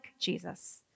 Jesus